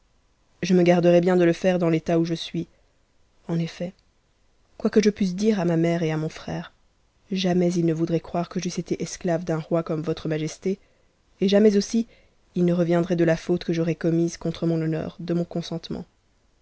je me garderais bien de le faire dans l'état où je suis en effet quoi que je pusse dire à ma mère et à mon frère jamais ils ne voudraient croire que j'eusse été esclave d'un roi comme votre majesté et jamais aussi ils ne reviendraient de la faute que j'aurais commise contre mon honneur de mon consentement